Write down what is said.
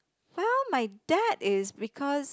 well my dad is because